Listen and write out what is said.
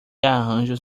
arranjos